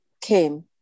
came